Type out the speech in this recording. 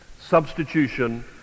substitution